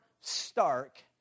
...stark